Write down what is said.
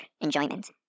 enjoyment